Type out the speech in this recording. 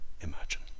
imagine